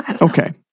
Okay